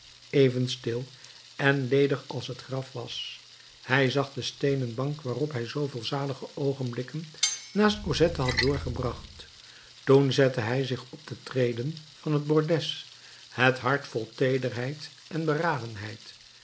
even stil en ledig als een graf was hij zag de steenen bank waarop hij zooveel zalige oogenblikken naast cosette had doorgebracht toen zette hij zich op de treden van het bordes het hart vol teederheid en